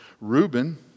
Reuben